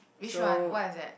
which one what is that